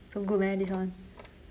so good meh this one